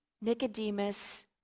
nicodemus